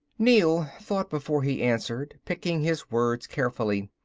neel thought before he answered, picking his words carefully.